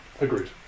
Agreed